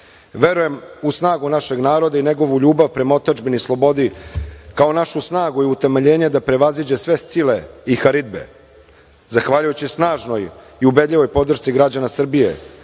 verujem u snagu našeg naroda i njegovu ljubav prema otadžbini i slobodi kao našu snagu i utemeljenje da prevaziđe sve Scile i Haribde, zahvaljujući snažnoj i ubedljivoj podršci građana Srbije,